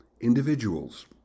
individuals